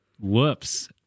Whoops